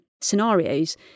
scenarios